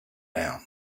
down